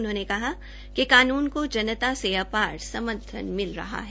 उन्होंने कहा कि कानून को जनता से अपरा समर्थन मिल रहा है